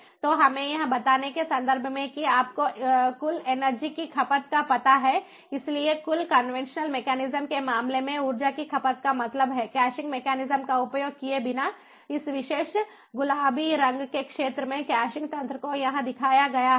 तो हमें यह बताने के संदर्भ में कि आपको कुल एनर्जी की खपत का पता है इसलिए कुल कन्वेंशनल मेकैनिज्म के मामले में ऊर्जा की खपत का मतलब हैकैशिंग मेकैनिज्म का उपयोग किए बिना इस विशेष गुलाबी रंग के क्षेत्र में कैशिंग तंत्र को यहाँ दिखाया गया है